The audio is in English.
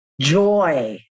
joy